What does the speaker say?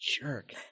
jerk